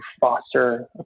foster